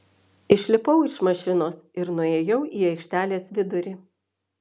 išlipau iš mašinos ir nuėjau į aikštelės vidurį